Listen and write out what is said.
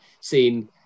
seen